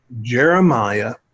Jeremiah